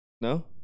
No